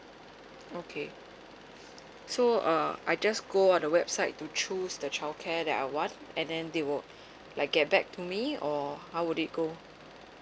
okay so uh I just go on the website to choose the childcare that I want and then they will like get back to me or how would it go